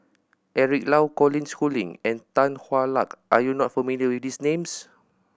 Eric Low Colin Schooling and Tan Hwa Luck are you not familiar with these names